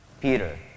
Peter